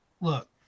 look